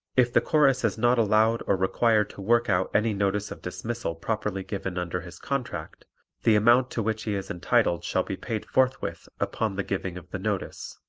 if the chorus is not allowed or required to work out any notice of dismissal properly given under his contract the amount to which he is entitled shall be paid forthwith upon the giving of the notice.